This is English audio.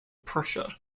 prussia